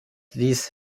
dies